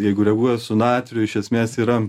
jeigu reaguoja su natriu iš esmės yra